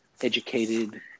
educated